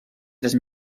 tres